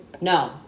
No